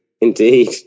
Indeed